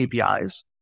APIs